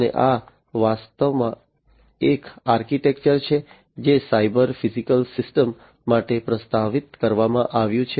અને આ વાસ્તવમાં એક આર્કિટેક્ચર છે જે સાયબર ફિઝિકલ સિસ્ટમ્સ માટે પ્રસ્તાવિત કરવામાં આવ્યું છે